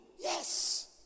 Yes